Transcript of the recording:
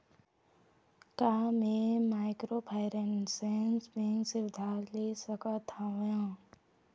का मैं microfinance bank से उधार ले सकत हावे?